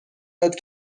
داد